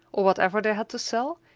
or whatever they had to sell,